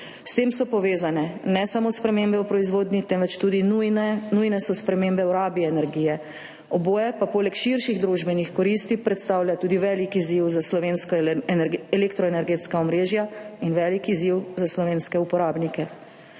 S tem so povezane ne samo spremembe v proizvodnji, temveč so nujne tudi spremembe v rabi energije, oboje pa poleg širših družbenih koristi predstavlja tudi velik izziv za slovenska elektroenergetska omrežja in velik izziv za slovenske uporabnike.